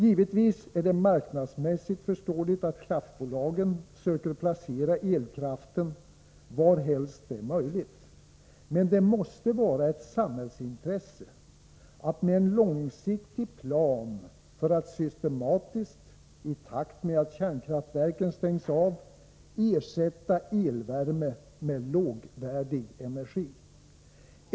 Givetvis är det marknadsmässigt förståeligt att kraftbolagen söker placera elkraften varhelst det är möjligt. Men det måste vara ett samhällsintresse att med en långsiktig plan för att systematiskt, i takt med att kärnkraftverken stängs av, ersätta elvärme med lågvärdig energi.